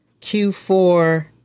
Q4